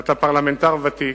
ואתה פרלמנטר ותיק,